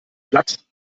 platt